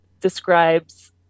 describes